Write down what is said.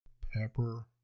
pepper